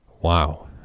Wow